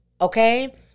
Okay